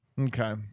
Okay